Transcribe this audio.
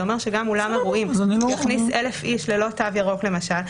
זה אומר שגם אולם אירועים שיכניס 1,000 איש ללא תו ירוק למשל,